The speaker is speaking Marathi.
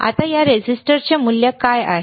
आता या रेझिस्टरचे मूल्य काय आहे